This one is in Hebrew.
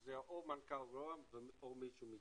שזה יהיה מנכ"ל ראש הממשלה או מישהו מטעמו.